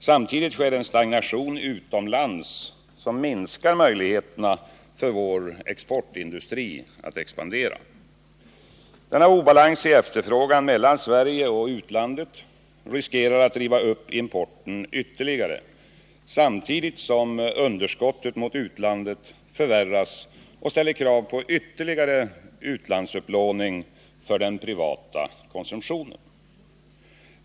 Samtidigt sker en stagnation utomlands som minskar möjligheterna för vår exportindustri att expandera. Denna obalans i efterfrågan mellan Sverige och utlandet riskerar att driva upp importen ytterligare, samtidigt som underskottet mot utlandet förvärras och ställer krav på ytterligare utlandsupplåning för den privata konsumtionen.